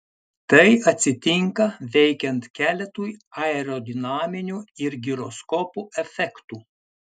tai atsitinka veikiant keletui aerodinaminių ir giroskopo efektų